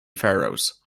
pharaohs